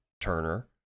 Turner